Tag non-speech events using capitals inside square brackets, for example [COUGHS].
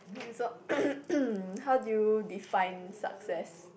and so [COUGHS] how do you define success